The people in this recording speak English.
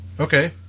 Okay